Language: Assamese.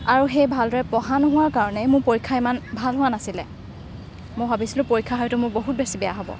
আৰু সেই ভালদৰে পঢ়া নোহোৱাৰ কাৰণে মোৰ পৰীক্ষা ইমান ভাল হোৱা নাছিলে মই ভাবিছিলো পৰীক্ষা হয়টো মোৰ বহুত বেছি বেয়া হ'ব